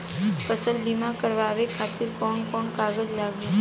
फसल बीमा करावे खातिर कवन कवन कागज लगी?